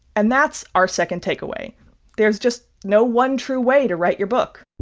and that's our second takeaway there's just no one true way to write your book.